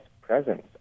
presence